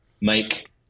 make